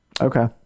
Okay